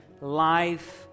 life